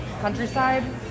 countryside